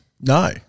no